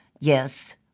Yes